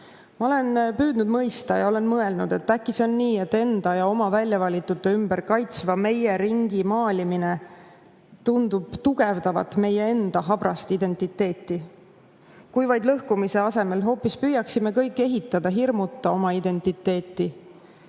Ma olen püüdnud mõista ja olen mõelnud, et äkki see on nii, et enda ja oma väljavalitute ümber kaitsva meie ringi maalimine tundub tugevdavat meie enda habrast identiteeti. Kui vaid lõhkumise asemel hoopis püüaksime ehitada hirmuta oma identiteeti